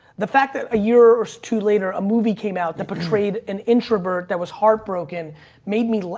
the fact that a year or two later a movie came out, the portrayed an introvert that was heartbroken made me,